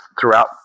throughout